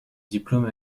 diplômes